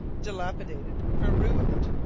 dilapidated for ruined.